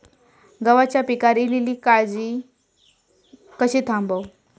गव्हाच्या पिकार इलीली काजळी कशी थांबव?